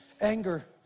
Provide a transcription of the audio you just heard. anger